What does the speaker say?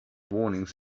warnings